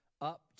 up